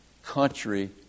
country